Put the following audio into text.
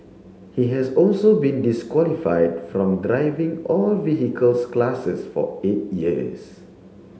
he has also been disqualified from driving all vehicle classes for eight years